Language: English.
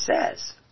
says